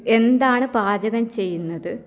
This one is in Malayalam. എന്താണ് പാചകം ചെയ്യുന്നത്